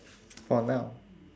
for now